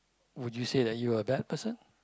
would you say that you're a bad person